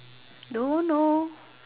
don't know